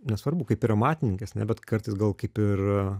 nesvarbu kaip ir amatininkės ne bet kartais gal kaip ir